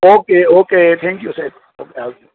okay okay thank you સાહેબ okay આવજો